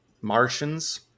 Martians